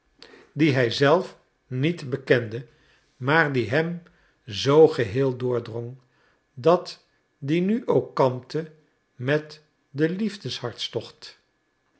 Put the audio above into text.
dien hij zelf niet bekende maar die hem zoo geheel doordrong dat die nu ook kampte met den